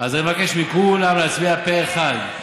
אז אני מבקש מכולם להצביע פה אחד.